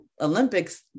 Olympics